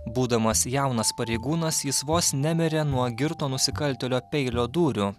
būdamas jaunas pareigūnas jis vos nemirė nuo girto nusikaltėlio peilio dūrių